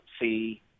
see